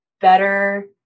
better